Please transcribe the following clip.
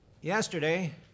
Yesterday